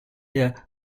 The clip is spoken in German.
der